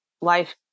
life